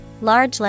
Large